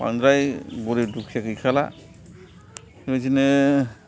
बांद्राय गरिब दुखिया गैखाला बिदिनो